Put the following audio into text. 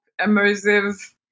immersive